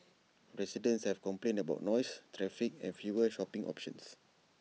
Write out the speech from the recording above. residents have complained about noise traffic and fewer shopping options